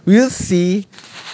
we'll see